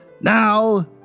Now